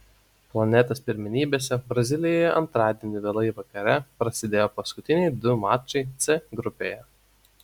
planetos pirmenybėse brazilijoje antradienį vėlai vakare prasidėjo paskutiniai du mačai c grupėje